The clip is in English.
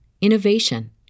innovation